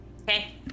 Okay